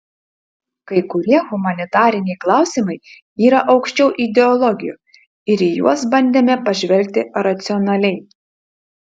kai kurie humanitariniai klausimai yra aukščiau ideologijų ir į juos bandėme pažvelgti racionaliai